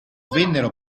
vennero